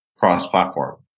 cross-platform